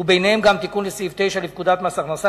וביניהם גם תיקון לסעיף 9 לפקודת מס הכנסה